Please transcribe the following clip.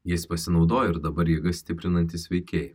jais pasinaudojo ir dabar jėga stiprinanti sveikieji